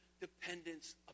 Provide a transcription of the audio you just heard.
dependence